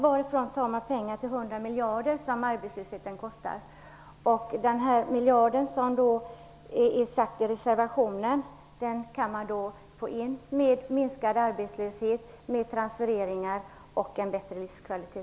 Varifrån tar man dessa 100 miljarder? Den miljard som krävs i reservationen kan återfås i form av en minskning av arbetslösheten, transfereringar och, som jag sagt, en bättre livskvalitet.